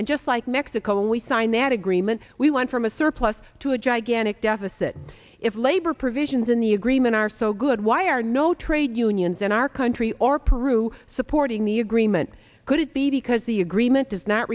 and just like mexico and we signed that agreement we went from a surplus to a gigantic deficit if labor provisions in the agreement are so good why are no trade unions in our country or peru supporting the agreement could it be because the agreement does not